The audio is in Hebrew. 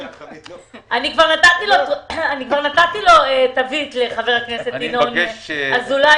אני כבר נתתי תווית לחבר הכנסת ינון אזולאי,